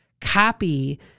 copy